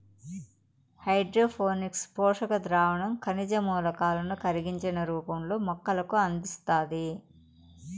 hydroponics పోషక ద్రావణం ఖనిజ మూలకాలను కరిగించిన రూపంలో మొక్కలకు అందిస్తాది